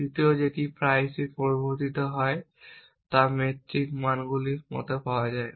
তৃতীয় যেটি প্রায়শই প্রবর্তিত হয় তা মেট্রিক মানগুলির মতো পাওয়া যায়